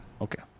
Okay